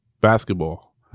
basketball